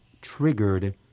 triggered